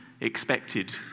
expected